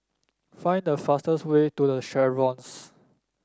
find the fastest way to The Chevrons